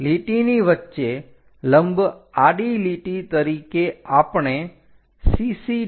અને લીટીની વચ્ચે લંબ આડી લીટી તરીકે આપણે CC રચી શકીએ છીએ